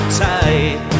tight